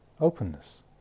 openness